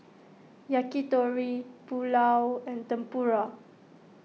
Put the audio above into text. Yakitori Pulao and Tempura